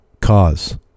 cause